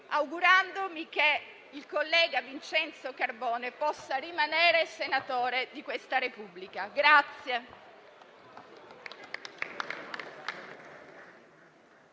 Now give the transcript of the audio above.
augurandomi che il collega Vincenzo Carbone possa rimanere senatore di questa Repubblica.